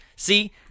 See